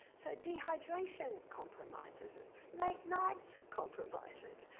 so dehydration compromises it. late nights compromise it.